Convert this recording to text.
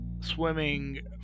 swimming